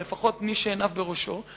או לפחות מי שעיניו בראשו,